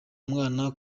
mwana